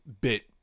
bit